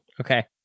Okay